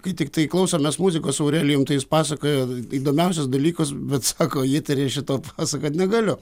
kai tiktai klausomės muzikos su aurelijum tai jis pasakoja įdomiausius dalykus bet sako į eterį aš šito pasakot negaliu